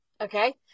Okay